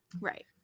Right